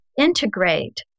integrate